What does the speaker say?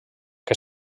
que